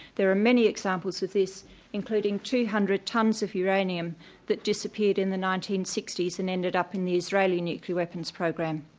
there are many examples of this including two hundred tons of uranium that disappeared in the nineteen sixty s and ended up in the israeli nuclear weapons program.